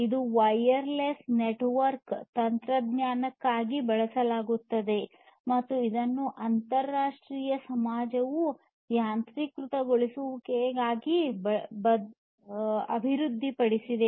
ಇದನ್ನು wireless network ತಂತ್ರಜ್ಞಾನಕ್ಕಾಗಿ ಬಳಸಲಾಗುತ್ತದೆ ಮತ್ತು ಇದನ್ನು ಅಂತರರಾಷ್ಟ್ರೀಯ ಸಮಾಜವು ಯಾಂತ್ರೀಕೃತಗೊಳಿಸುವಿಕೆಗಾಗಿ ಅಭಿವೃದ್ಧಿಪಡಿಸಿದೆ